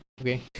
Okay